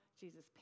Jesus